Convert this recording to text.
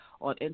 On